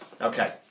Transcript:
Okay